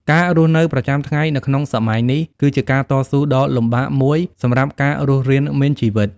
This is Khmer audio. ការរស់នៅប្រចាំថ្ងៃនៅក្នុងសម័យនេះគឺជាការតស៊ូដ៏លំបាកមួយសម្រាប់ការរស់រានមានជីវិត។